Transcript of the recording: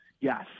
yes